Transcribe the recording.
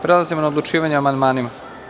Prelazimo na odlučivanje o amandmanima.